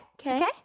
okay